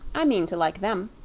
i mean to like them.